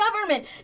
government